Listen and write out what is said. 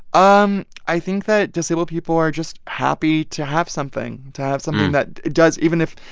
um i think that disabled people are just happy to have something, to have something that does even if,